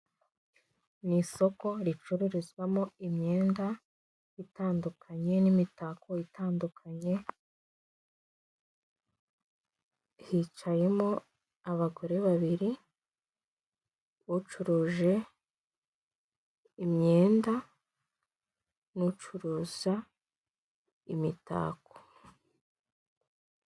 Ni isoko ricururizwamo imyenda itandukanye n'imitako itandukanye, hicayemo abagore babiri ucuruje imyenda n'ucuruza imitako.